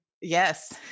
Yes